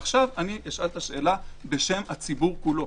עכשיו אשאל את השאלה בשם הציבור כולו,